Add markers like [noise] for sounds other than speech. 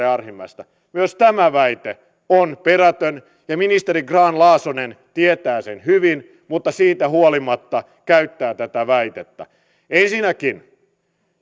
[unintelligible] arhinmäestä myös tämä väite on perätön ja ministeri grahn laasonen tietää sen hyvin mutta siitä huolimatta käyttää tätä väitettä ensinnäkin